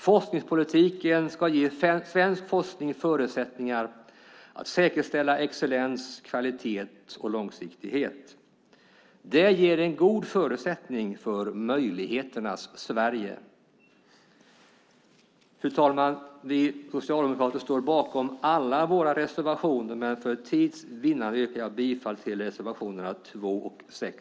Forskningspolitiken ska ge svensk forskning förutsättningar att säkerställa excellens, kvalitet och långsiktighet. Det ger en god förutsättning för möjligheternas Sverige. Fru talman! Vi socialdemokrater står bakom alla våra reservationer, men för tids vinnande yrkar jag bifall till reservationerna 2 och 6.